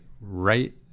right